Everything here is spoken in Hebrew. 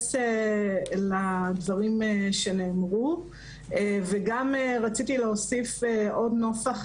להתייחס לדברים שנאמרו וגם רציתי להוסיף עוד נופך